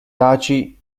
taci